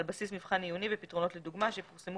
על בסיס מבחן עיוני ופתרונות לדוגמה שפורסמו